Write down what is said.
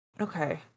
Okay